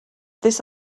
this